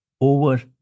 over